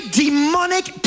demonic